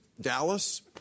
Dallas